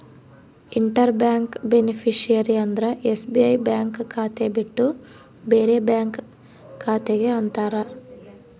inter bank beneficiary ಅಂದ್ರ SBI bank ಖಾತೆ ಬಿಟ್ಟು ಬೇರೆ ಬ್ಯಾಂಕ್ ಖಾತೆ ಗೆ ಅಂತಾರ